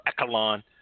echelon